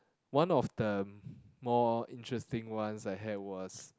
one of the more interesting ones I had was